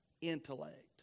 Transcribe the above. intellect